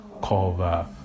cover